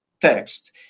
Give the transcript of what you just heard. text